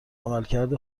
عملکرد